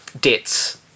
debts